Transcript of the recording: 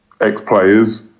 ex-players